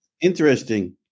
Interesting